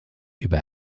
über